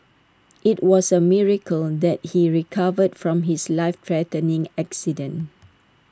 IT was A miracle that he recovered from his life threatening accident